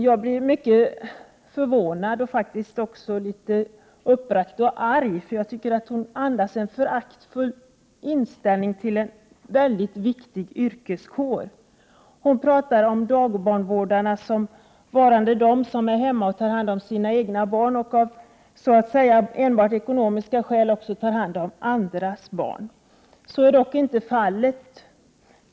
Jag blev mycket förvånad och faktiskt också litet uppbragt och arg, eftersom jag tyckte att hon andades en föraktfull inställning till en mycket viktig yrkeskår. Hon talar om dagbarnvårdare såsom varande de som är hemma och tar hand om sina egna barn och enbart av ekonomiska skäl också tar hand om andras barn. Så är dock inte fallet.